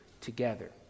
together